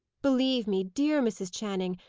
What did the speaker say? believe me, dear mrs. channing!